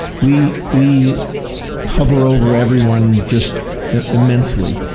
we we hover over everyone just immensely.